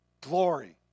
Glory